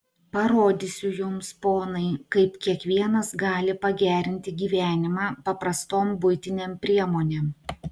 parodysiu jums ponai kaip kiekvienas gali pagerinti gyvenimą paprastom buitinėm priemonėm